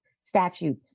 statute